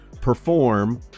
perform